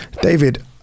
David